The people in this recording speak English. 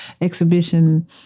exhibition